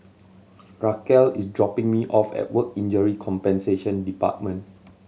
Racquel is dropping me off at Work Injury Compensation Department